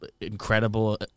incredible